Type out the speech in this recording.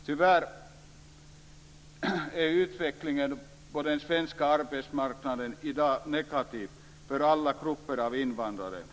Tyvärr är utvecklingen på den svenska arbetsmarknaden i dag negativ för alla grupper av invandrare.